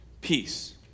peace